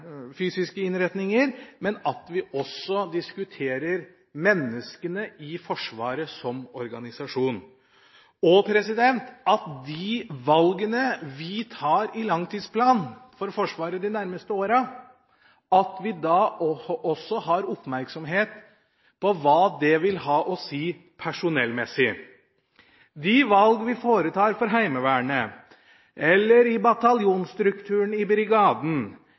at vi i de valgene vi tar i forbindelse med langtidsplanen for Forsvaret de nærmeste åra, også har oppmerksomhet på hva det vil ha å si personellmessig. Når det gjelder de valg vi foretar for Heimevernet, i bataljonstrukturen i brigaden